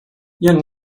young